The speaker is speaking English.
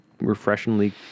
refreshingly